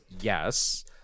yes